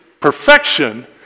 perfection